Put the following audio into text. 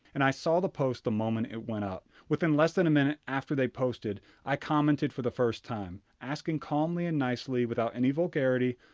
and i saw the post the moment it went up. within less than a minute after they posted, i commented for the first time, asking calmly and nicely, without any vulgarity,